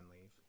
leave